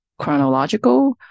chronological